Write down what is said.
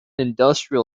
industrial